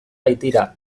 baitira